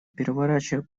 переворачивая